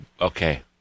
Okay